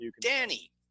Danny